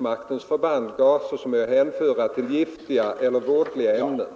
maktens förband gaser som är att hänföra till giftiga eller vådliga ämnen.